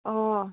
অঁ